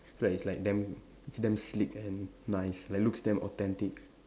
feel like it's like damn it's damn sleek and nice like looks damn authentic